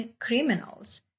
criminals